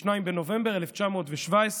ב-2 בנובמבר 1917,